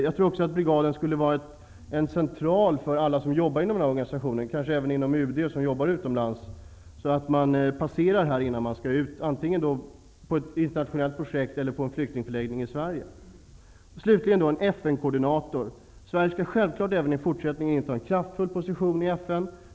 Jag menar också att en sådan här brigad skulle kunna fungera som en central för alla som arbetar inom dessa områden, kanske bl.a. för dem som jobbar utomlands inom UD-organisationen. De kunde få passera brigaden innan de går ut till ett internationellt projekt eller till en flyktingförläggning i Sverige. Beträffande en FN-koordinator vill jag till slut säga att Sverige självklart även i fortsättningen skall inta en kraftfull position i FN.